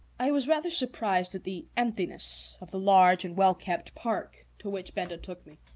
i was rather surprised at the emptiness of the large and well-kept park to which benda took me.